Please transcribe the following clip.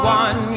one